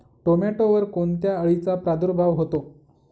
टोमॅटोवर कोणत्या अळीचा प्रादुर्भाव होतो?